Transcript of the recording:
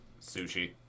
Sushi